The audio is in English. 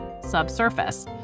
subsurface